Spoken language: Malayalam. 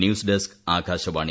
news desk Akashvani